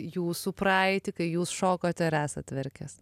jūsų praeitį kai jūs šokote ar esat verkęs